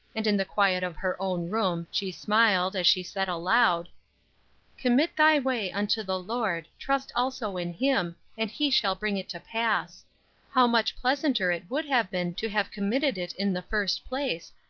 and in the quiet of her own room, she smiled, as she said aloud commit thy way unto the lord, trust also in him, and he shall bring it to pass how much pleasanter it would have been to have committed it in the first place,